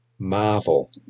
Marvel